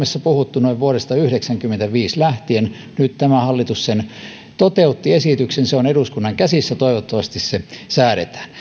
suomessa puhuttu noin vuodesta yhdeksänkymmentäviisi lähtien nyt tämä hallitus sen esityksen toteutti se on eduskunnan käsissä toivottavasti se säädetään